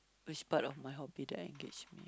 which part of my hobby that I engage